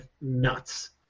nuts